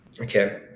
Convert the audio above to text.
Okay